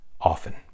often